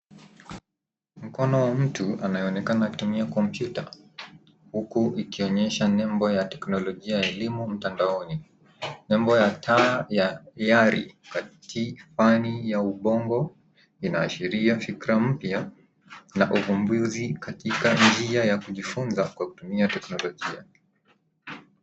Mkono wa mtu, anayeonekana akitumia kompyuta. Huku ikionyesha nembo ya teknolojia ya elimu mtandaoni. Nembo ya taa ya hiyari katifani ya ubongo inaashiria fikra mpya na uvumbuzi katika njia ya kujifunza, kwa kutumia teknolojia.